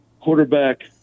Quarterback